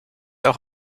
auch